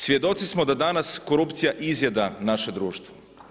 Svjedoci smo da danas korupcija izjeda naše društvo.